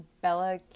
Bella